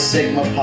Sigma